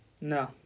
No